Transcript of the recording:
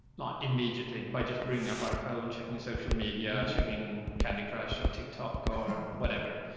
not immediately by just bringing up our phone, checking social media or checking candy crush or ticket talk or whatever,